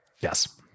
Yes